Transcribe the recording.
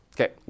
Okay